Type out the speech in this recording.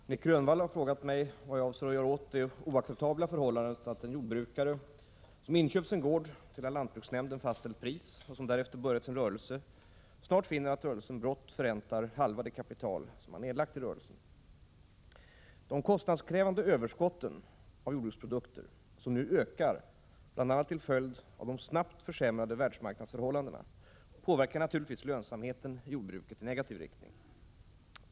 Fru talman! Nic Grönvall har frågat mig vad jag avser att göra åt det oacceptabla förhållandet att en jordbrukare som inköpt sin gård till av lantbruksnämnden fastställt pris och som därefter börjat sin rörelse snart finner att rörelsen blott förräntar halva det kapital som han nedlagt i sin rörelse. De kostnadskrävande överskotten av jordbruksprodukter, som nu ökar bl.a. till följd av de snabbt försämrade världsmarknadsförhållandena, påverkar naturligtvis lönsamheten i jordbruket i negativ riktning.